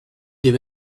des